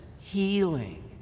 healing